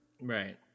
right